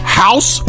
house